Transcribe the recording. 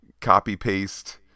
copy-paste